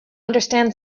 understand